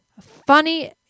Funny